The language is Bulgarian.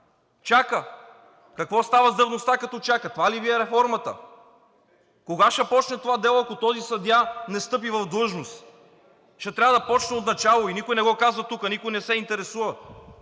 чака! Какво става с давността, като се чака? Това ли Ви е реформата?! Кога ще започне това дело, ако този съдия не встъпи в длъжност? Ще трябва да започне отначало и никой не го казва тук, никой не се интересува.